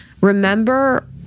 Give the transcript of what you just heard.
remember